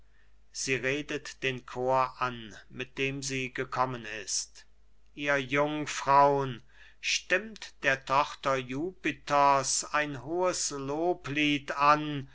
sie redet den chor an mit dem sie gekommen ist ihr jungfrau'n stimmt der tochter jupiters ein hohes loblied an